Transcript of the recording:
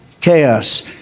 chaos